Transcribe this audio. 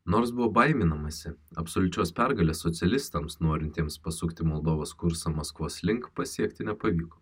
nors buvo baiminamasi absoliučios pergalės socialistams norintiems pasukti moldovos kursą maskvos link pasiekti nepavyko